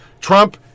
Trump